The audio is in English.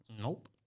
Nope